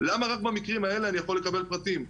למה רק במקרים האלה אני יכול לקבל פרטים,